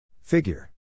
Figure